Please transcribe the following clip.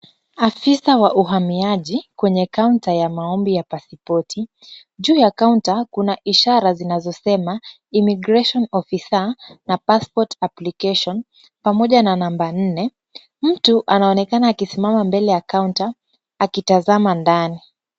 Afisa wa uhamiaji kwenye kaunta ya maombi ya pasipoti. Juu ya ofisi kuna ishara zinazosema immigration officer na passport application pamoja na number nne. Mtu anaonekana akisimama mbele ya kaunta akitazama ndani.